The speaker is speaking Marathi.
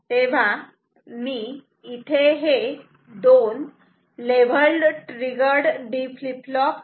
तेव्हा मी इथे हे दोन level triggered D flip flop घेतो